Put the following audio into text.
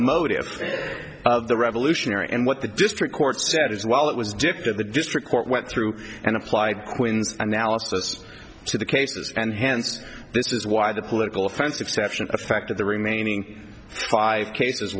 motives of the revolutionary and what the district court said as well it was just that the district court went through and applied quinn's analysis to the cases and hence this is why the political offense exception affected the remaining five cases